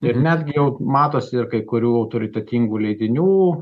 ir netgi jau matosi ir kai kurių autoritetingų leidinių